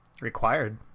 Required